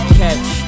catch